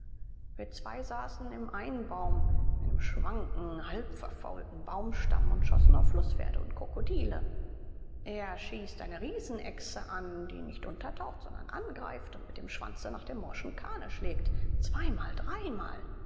wir zwei saßen im einbaum einem schwanken halb verfaulten baumstamm und schossen auf flußpferde und krokodile er schweißt eine riesenechse an die nicht untertaucht sondern angreift und mit dem schwanze nach dem morschen kahne schlägt zweimal dreimal